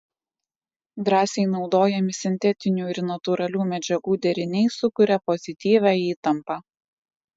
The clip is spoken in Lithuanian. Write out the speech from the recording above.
drąsiai naudojami sintetinių ir natūralių medžiagų deriniai sukuria pozityvią įtampą